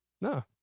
no